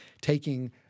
taking